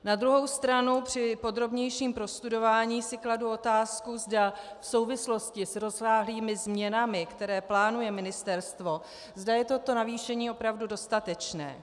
Na druhou stranu při podrobnějším prostudování si kladu otázku, zda v souvislosti s rozsáhlými změnami, které plánuje ministerstvo, zda je toto navýšení opravdu dostatečné.